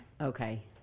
Okay